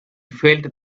felt